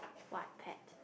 what pet